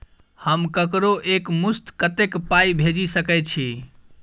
हम ककरो एक मुस्त कत्तेक पाई भेजि सकय छी?